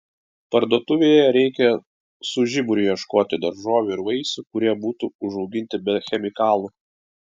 parduotuvėje reikia su žiburiu ieškoti daržovių ir vaisių kurie būtų užauginti be chemikalų